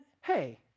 hey